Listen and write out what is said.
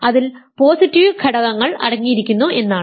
അതിൽ പോസിറ്റീവ് ഘടകങ്ങൾ അടങ്ങിയിരിക്കുന്നു എന്നാണ്